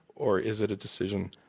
or is it a decision?